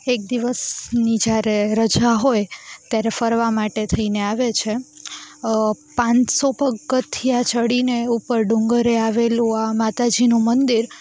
એક દિવસની જ્યારે રજા હોય ત્યારે ફરવા માટે થઈ ને આવે છે પાંચસો પગથિયાં ચઢીને ઉપર ડુંગરે આવેલું આ માતાજીનું મંદિર